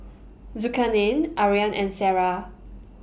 Zulkarnain Aryan and Sarah